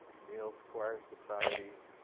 neil squire society,